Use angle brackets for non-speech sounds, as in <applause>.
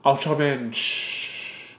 ultra man <noise>